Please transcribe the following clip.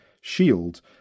shield